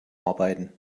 arbeiten